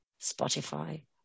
Spotify